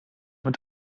mit